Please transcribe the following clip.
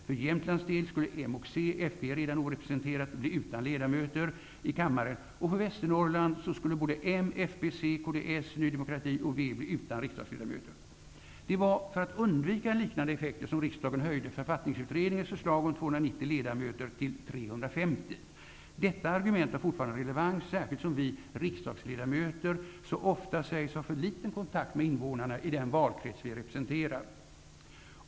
För Jämtlands del skulle Moderaterna och Centern bli utan ledamöter i kammaren -- Folkpartiet är redan orepresenterat. Och för Västernorrland skulle både Moderaterna, Vänsterpartiet bli utan riksdagsledamöter. Det var för att undvika liknande effekter som riksdagen höjde Författningsutredningens förslag om 290 ledamöter till 350 ledamöter. Detta argument har fortfarande relevans, särskilt som vi riksdagsledamöter så ofta sägs ha för liten kontakt med invånarna i den valkrets som vi representerar.